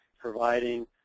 providing